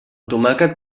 tomàquet